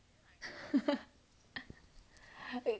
还